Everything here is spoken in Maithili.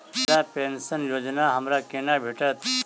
वृद्धा पेंशन योजना हमरा केना भेटत?